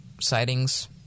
sightings